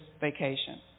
vacation